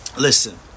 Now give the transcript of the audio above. Listen